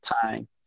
time